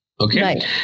Okay